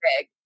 big